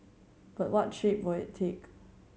but what shape will it take